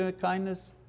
kindness